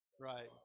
right